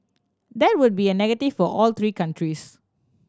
that would be a negative for all three countries